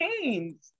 changed